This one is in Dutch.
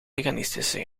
veganistische